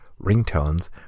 ringtones